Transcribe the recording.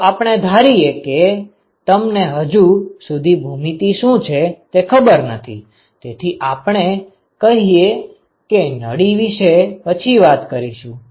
ચાલો આપણે ધારીએ કે તમને હજુ સુધી ભૂમિતિ શું છે તે ખબર નથી તેથી આપણે અહીં નળી વિશે પછી વાત કરીશું